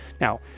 Now